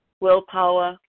willpower